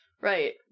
Right